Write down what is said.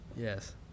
yes